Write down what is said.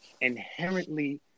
inherently